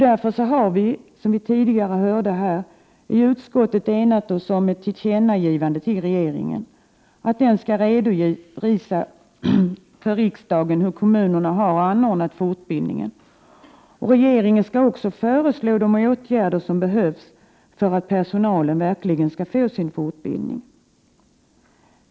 Därför har vi, som sagt, i utskottet enat oss om ett tillkännagivande till regeringen att den skall redovisa för riksdagen hur kommunerna har anordnat fortbildningen. Regeringen skall också föreslå de åtgärder som behövs för att personalen verkligen skall få sin fortbildning.